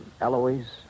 Eloise